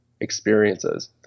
experiences